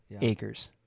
acres